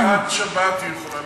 עד שבת היא יכולה לדבר.